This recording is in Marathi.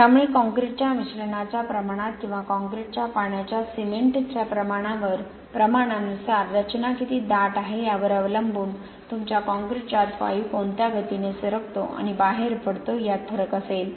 त्यामुळे कॉंक्रिटच्या मिश्रणाच्या प्रमाणात किंवा कॉंक्रिटच्या पाण्याच्या सिमेंटच्या प्रमाणानुसार रचना किती दाट आहे यावर अवलंबून तुमच्या कॉंक्रिटच्या आत वायू कोणत्या गतीने सरकतो आणि बाहेर पडतो यात फरक असेल